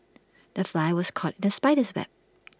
the fly was caught in the spider's web